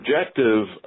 objective